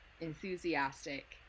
enthusiastic